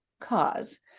cause